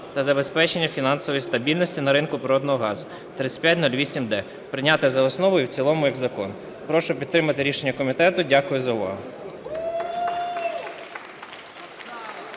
та забезпечення фінансової стабільності на ринку природного газу (3508-д) прийняти за основу і в цілому, як закон. Прошу підтримати рішення комітету. Дякую за увагу.